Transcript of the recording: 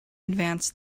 advanced